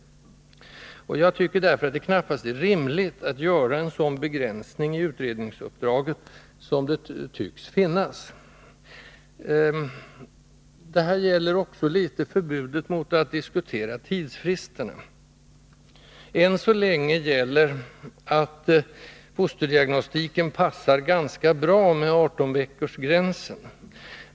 Jag tycker därför att det knappast är rimligt att göra en sådan begränsning i utredningsuppdraget som det tycks vara fråga om. Detsamma gäller också i viss mån förbudet mot att diskutera tidsfristerna. Än så länge gäller kanske beträffande fosterdiagnostiken att den passar ganska bra med 18-veckorsgränsen.